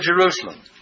Jerusalem